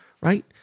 Right